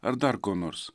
ar dar ko nors